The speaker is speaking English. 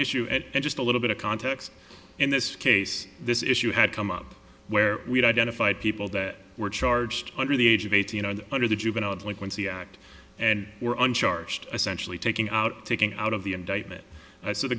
issue at just a little bit of context in this case this issue had come up where we'd identified people that were charged under the age of eighteen and under the juvenile delinquency act and were on charged essentially taking out taking out of the indictment so the